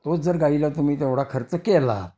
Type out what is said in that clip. तोच जर गाईला तुम्ही तेवढा खर्च केला